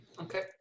Okay